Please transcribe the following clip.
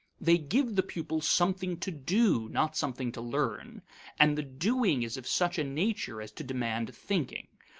they give the pupils something to do, not something to learn and the doing is of such a nature as to demand thinking,